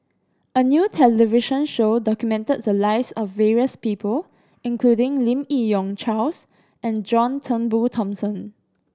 a new television show documented the lives of various people including Lim Yi Yong Charles and John Turnbull Thomson